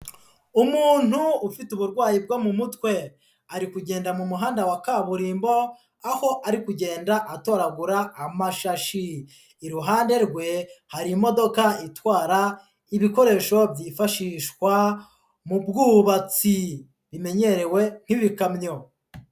Umuntu ufite uburwayi bwo mu mutwe ari kugenda mu muhanda wa kaburimbo, aho ari kugenda atoragura amashashi, iruhande rwe hari imodoka itwara ibikoresho byifashishwa mu bwubatsi bimenyerewe nk'ibikamyo.